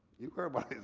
you heard what